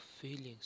feelings